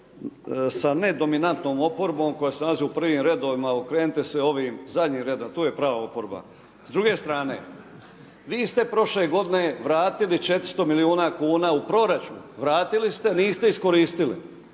sa nedominantnom oporbom, koja se nalazi u prvim redovima, okrenite se ovim zadnjim redovima, a tu je prava oporba. S druge strane vi ste prošle g. vratili 400 milijuna kn u proračun, vratili ste, niste iskoristili.